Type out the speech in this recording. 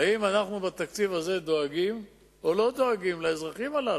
האם אנחנו בתקציב הזה דואגים או לא דואגים לאזרחים הללו?